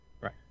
Right